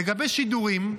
לגבי שידורים,